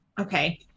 Okay